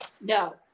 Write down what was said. No